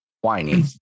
whiny